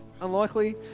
unlikely